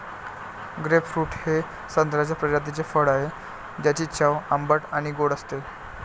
grapefruit हे संत्र्याच्या प्रजातीचे फळ आहे, ज्याची चव आंबट आणि गोड असते